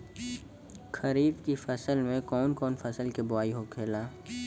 खरीफ की फसल में कौन कौन फसल के बोवाई होखेला?